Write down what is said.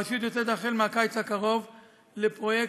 הרשות יוצאת החל מהקיץ הקרוב לפרויקט